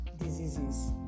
diseases